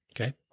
Okay